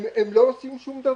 הם לא עושים שום דבר.